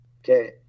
Okay